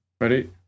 Ready